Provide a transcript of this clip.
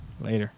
Later